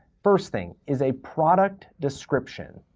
first thing is a product description.